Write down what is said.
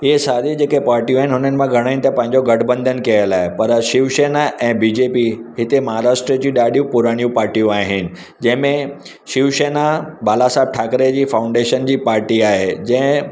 इहे सारी जेके पार्टियूं आहिनि हुननि मां घणेनि त पंहिंजो गठ बंधन कयल आहे पर शिवसेना ऐं बी जे पी हिते महाराष्ट्र जी ॾाढियूं पुरानियूं पार्टियूं आहिनि जंहिं में शिवसेना बाला साहब ठाकरे जी फाउंडेशन जी पार्टी आहे जंहिं